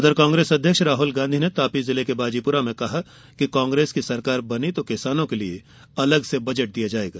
उधर कांग्रेस अध्यक्ष राहल गांधी ने तापी जिले के बाजीपुरा में कहा कि कांग्रेस की सरकार बनी तो किसानों के लिए अलग से बजट दिया जायेगा